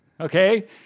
Okay